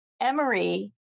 Emory